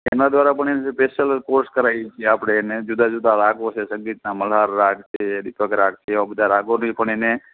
એના દ્વારા પણ એને સ્પેશલ કોર્સ કરાવીએ છીએ આપણે એને જુદા જુદા રાગો છે સંગીતના મલ્હાર રાગ છે દીપક રાગ છે એવા બધા રાગોની પણ એને આ